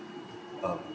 um